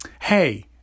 hey